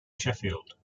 sheffield